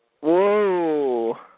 Whoa